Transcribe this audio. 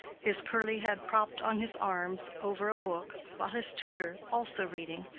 his curly head propped on his arms over a book, while his tutor, also reading,